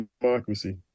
democracy